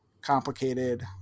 complicated